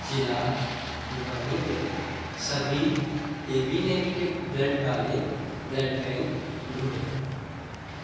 ज़िला भिवानी में सभी ए बी नेगेटिव ब्लड वाले ब्लड बैंक ढूँढें